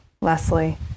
Leslie